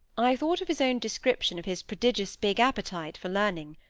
i thought of his own description of his prodigious big appetite for learning.